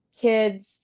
kids